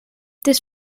this